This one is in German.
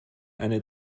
eine